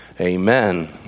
amen